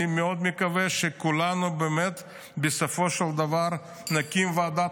אני מאוד מקווה שבאמת בסופו של דבר נקים ועדת